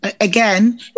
Again